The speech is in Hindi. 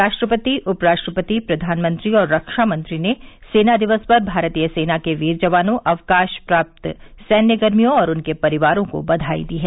राष्ट्रपति उपराष्ट्रपति प्रधानमंत्री और रक्षा मंत्री ने सेना दिवस पर भारतीय सेना के वीर जवानों अवकाश प्राप्त सैन्यकर्मियों और उनके परिवारों को बधाई दी है